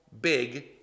big